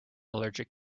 allergic